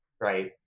right